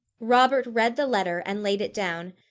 robert read the letter and laid it down,